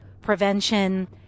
prevention